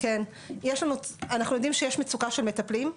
אנחנו יודעים שיש מצוקה של מטפלים,